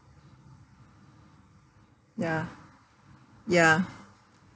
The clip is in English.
ya ya